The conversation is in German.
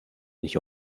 nicht